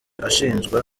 ashinjwa